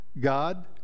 God